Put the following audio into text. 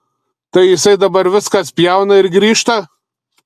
tai jisai dabar viską spjauna ir grįžta